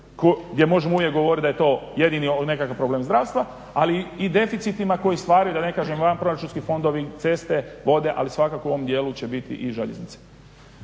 gdje možemo uvijek govoriti da je to jedini nekakav problem zdravstva ali i deficitima koji stvaraju da ne kažem van proračunski fondovi, ceste, vode ali svakako u ovom dijelu će biti i željeznice.